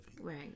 Right